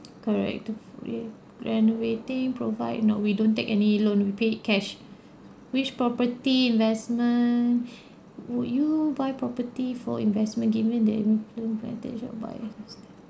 correct renovating provide no we don't take any loan we paid cash which property investment would you buy property for investment give me the about it